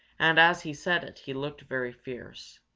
and as he said it he looked very fierce,